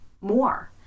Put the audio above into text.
more